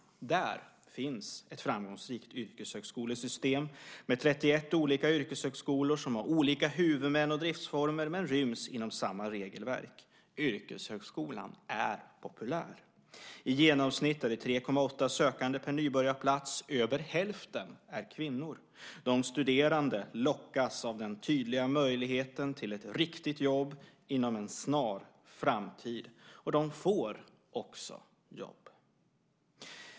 Där finns ett framgångsrikt yrkeshögskolesystem med 31 olika yrkeshögskolor som har olika huvudmän och driftsformer men ryms inom samma regelverk. Yrkeshögskolan är populär. I genomsnitt är det 3,8 sökande per nybörjarplats. Över hälften är kvinnor. De studerande lockas av den tydliga möjligheten till ett riktigt jobb inom en snar framtid, och de får också jobb.